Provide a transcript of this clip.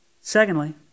Secondly